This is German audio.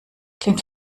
klingt